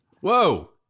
Whoa